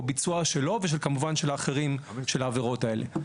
ביצוע שלו וכמובן של אחרים של העבירות האלה.